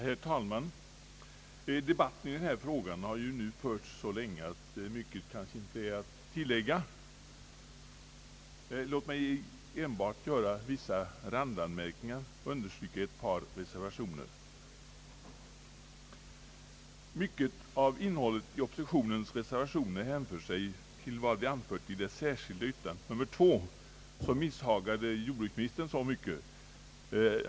Herr talman! Debatten i denna fråga har redan förts så länge att mycket kanske inte är att tillägga. Låt mig enbart göra vissa randanmärkningar och understryka ett par reservationer! Mycket av innehållet i oppositionens reservationer hänför sig till vad som har anförts i det särskilda yttrandet nr 2 som misshagade jordbruksministern så mycket.